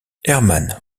hermann